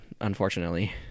unfortunately